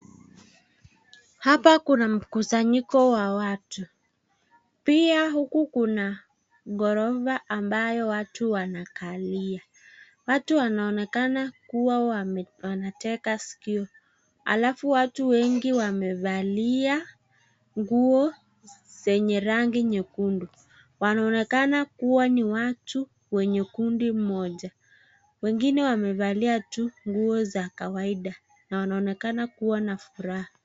Hapa Kuna kuzangiko wa watu pia huku kuna gorofa ambayo Kuna watu wanakalia watu wanonekana kuwa wanatenga sikio alfu watu wengi wamefalia nguo zenye rangi nyekundu wanaonekana ni watu wenye kundi moja wengine wamefalia tu nguo za kawaida wanaonekana kuwa na furaha.